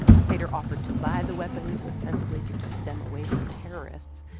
sater offered to buy the weapons, ostensibly to keep them away from terrorists.